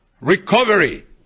recovery